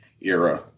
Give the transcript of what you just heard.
era